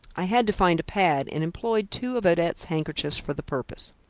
i had to find a pad and employed two of odette's handkerchiefs for the purpose.